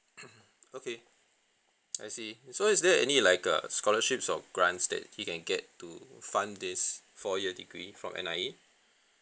okay I see so is there any like uh scholarships or grants that he can get to fund this four year degree from N_I_E